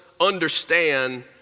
understand